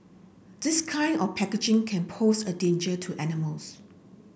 this kind of packaging can pose a danger to animals